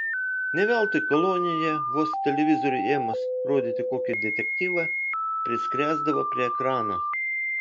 ne veltui kolonijoje vos televizoriui ėmus rodyti kokį detektyvą priskresdavo prie ekrano